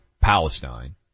Palestine